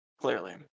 Clearly